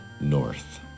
north